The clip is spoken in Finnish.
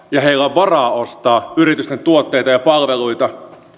varaa ostaa yritysten tuotteita ja palveluita